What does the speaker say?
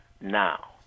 now